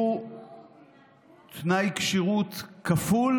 הוא תנאי כשירות כפול